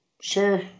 Sure